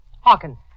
Hawkins